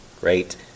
Great